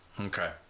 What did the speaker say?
okay